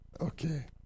Okay